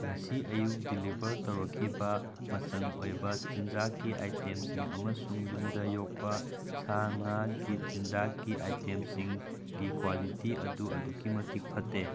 ꯉꯁꯤ ꯑꯌꯨꯛ ꯗꯤꯂꯤꯚꯔ ꯇꯧꯔꯛꯈꯤꯕ ꯃꯆꯪ ꯑꯣꯏꯕ ꯆꯤꯟꯖꯥꯛꯀꯤ ꯑꯥꯏꯇꯦꯝꯁꯤꯡ ꯑꯃꯁꯨꯡ ꯌꯨꯝꯗ ꯌꯣꯛꯄ ꯁꯥ ꯉꯥꯒꯤ ꯆꯤꯟꯖꯥꯛꯀꯤ ꯑꯥꯏꯇꯦꯝꯁꯤꯡꯒꯤ ꯀ꯭ꯋꯥꯂꯤꯇꯤ ꯑꯗꯨ ꯑꯗꯨꯛꯀꯤ ꯃꯇꯤꯛ ꯐꯠꯇꯦ